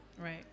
right